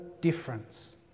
difference